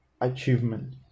achievement